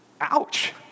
Ouch